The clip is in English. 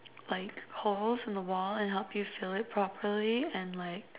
like holes in the wall and help you fill it properly and like